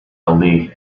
ali